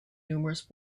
numerous